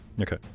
okay